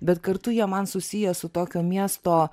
bet kartu jie man susiję su tokio miesto